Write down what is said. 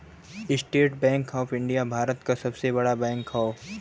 estate Bank of India Bharat क सबसे बड़ा बैंक हौ